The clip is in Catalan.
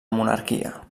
monarquia